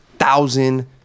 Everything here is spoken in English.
thousand